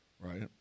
right